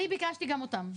אני ביקשתי גם אותם.